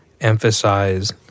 emphasize